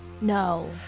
No